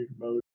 mode